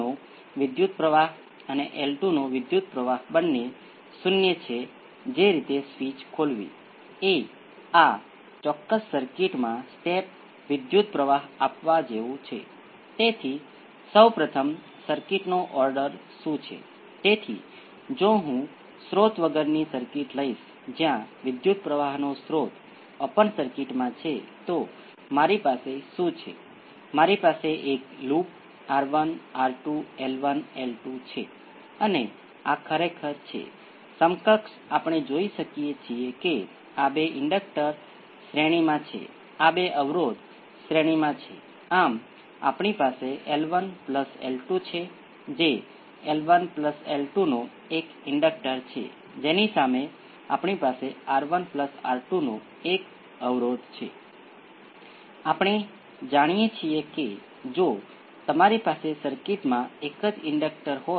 તેથી આ ભાગ 0 ની બરાબર હોવો જોઈએ અથવા બીજા શબ્દોમાં p એ 1 બાય RC છે તેથી આપણને પરિણામ મળે છે જે પહેલાથી ખૂબ જ પરિચિત હતું કે નેચરલ રિસ્પોન્સ નો સરવાળો V શૂન્ય exponential - t by R C તેથી આ લાક્ષણિક સમીકરણ છે અને લાક્ષણિક સમીકરણ ના અવયવો p એ 1 બાય RC છે અને તેમાં ફ્રિક્વન્સી p × t છે જે પરિમાણ રહિત હોવું જોઈએ તેથી p સમય નું વ્યસ્ત અથવા ફ્રિક્વન્સી નું પરિમાણ ધરાવે છે